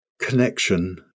connection